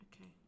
okay